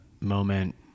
moment